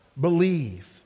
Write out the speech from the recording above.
believe